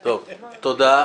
תודה.